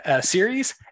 series